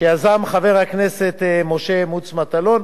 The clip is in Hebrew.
שיזם חבר הכנסת משה מוץ מטלון,